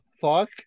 fuck